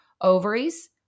ovaries